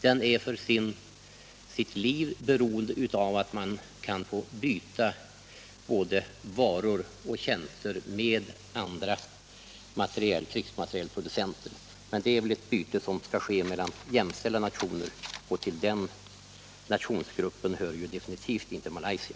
Den är för sitt liv beroende av att få byta både varor och tjänster med andra krigsmaterielproducenter. Men det är ett byte som skall ske mellan jämställda nationer, och till den nationsgruppen hör avgjort inte Malaysia.